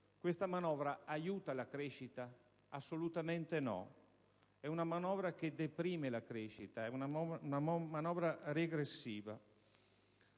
Questa manovra aiuta la crescita? Assolutamente no, in quanto deprime la crescita, è una manovra regressiva.